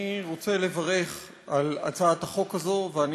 אני רוצה לברך על הצעת החוק הזאת ואני